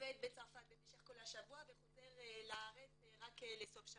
עובד בצרפת במשך כל השבוע וחוזר לארץ רק לסוף שבוע.